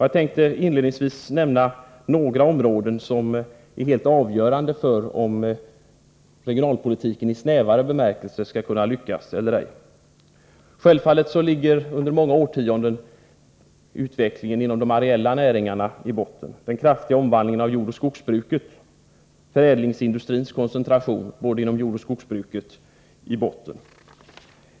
Jag tänkte inledningsvis nämna några områden som är avgörande för om regionalpolitiken i snävare bemärkelse skall kunna lyckas eller ej. Självfallet ligger under många årtionden utvecklingen inom de areella näringarna, den kraftiga omvandlingen av jordoch skogsbruket och förädlingsindustriernas koncentration, i botten.